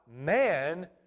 man